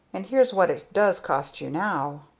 and here's what it does cost you now.